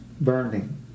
burning